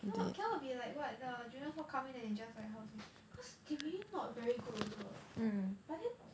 cannot cannot be like what the juniors all come in then they just like how to say cause they really not very good also eh but then